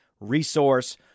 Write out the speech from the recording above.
resource